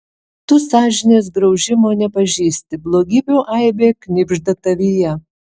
tu sąžinės graužimo nepažįsti blogybių aibė knibžda tavyje